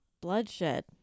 bloodshed